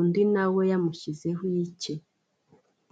undi nawe yamushyizeho icye.